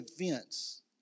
events